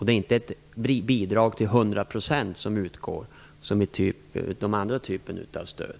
Det är inte ett bidrag till 100 % som utgår, som vid de andra typen av stöd.